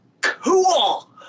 cool